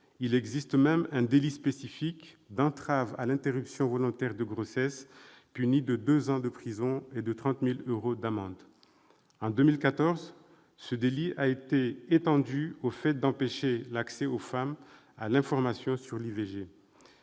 il existe même un délit spécifique d'entrave à l'interruption volontaire de grossesse, puni de deux ans de prison et de 30 000 euros d'amende. En 2014, ce délit a été étendu au fait d'empêcher l'accès des femmes à l'information sur l'IVG.